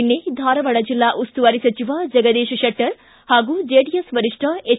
ನಿನ್ನೆ ಧಾರವಾಡ ಜಿಲ್ಲಾ ಉಸ್ತುವಾರಿ ಸಚಿವ ಜಗದೀಶ್ ಶೆಟ್ಷರ್ ಮತ್ತು ಜೆಡಿಎಸ್ ವರಿಷ್ಠ ಎಚ್